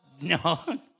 No